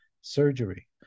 surgery